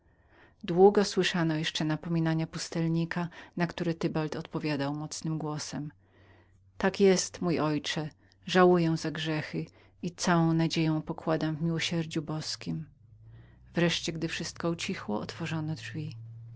długo słyszano jeszcze napominania pustelnika na które tybald odpowiadał mocnym głosem tak jest mój ojcze żałuję za grzechy i całą nadzieję pokładam w miłosierdziu boskiem wreszcie gdy wszystko ucichło otworzono